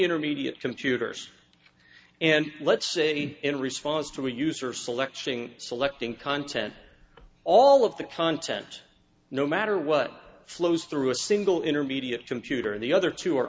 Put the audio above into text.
intermediate computers and let's say in response to a user selecting selecting content all of the content no matter what flows through a single intermediate computer and the other two are